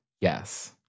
Yes